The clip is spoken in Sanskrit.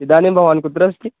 इदानीं भवान् कुत्र अस्ति